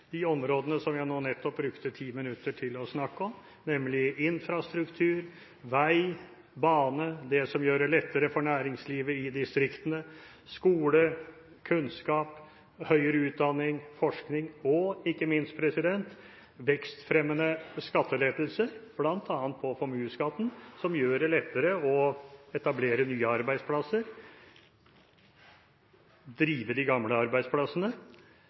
de områdene som jeg nå nettopp brukte ti minutter til å snakke om, nemlig infrastruktur, vei, bane, det som vil gjøre det lettere for næringslivet i distriktene, skole, kunnskap, høyere utdanning, forskning og ikke minst vekstfremmende skattelettelser, bl.a. på formuesskatten, som gjør det lettere å etablere nye arbeidsplasser, drive de gamle arbeidsplassene